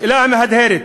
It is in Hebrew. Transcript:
השאלה המהדהדת: